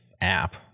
app